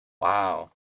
Wow